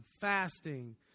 fasting